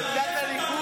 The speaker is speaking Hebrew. זו העמדה של ראש הממשלה?